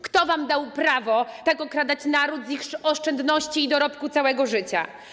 Kto wam dał prawo tak okradać naród z jego oszczędności i dorobku całego życia?